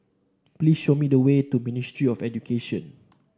please show me the way to Ministry of Education